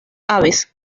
aves